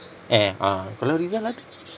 eh uh kalau rizal ada